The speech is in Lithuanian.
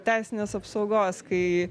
teisinės apsaugos kai